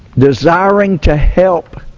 desiring to help